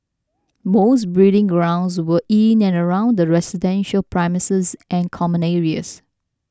most breeding grounds were in and around the residential premises and common areas